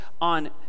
on